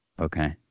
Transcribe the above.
Okay